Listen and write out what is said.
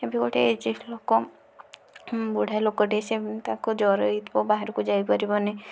ଏବେ ଗୋଟେ ଏଜେଡ଼ ଲୋକ ବୁଢ଼ା ଲୋକଟିଏ ସିଏ ତାକୁ ଜ୍ୱର ହେଇଥିବ ବାହାରକୁ ଯାଇପାରିବନି